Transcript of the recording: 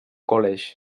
college